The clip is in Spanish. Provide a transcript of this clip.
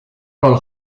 roll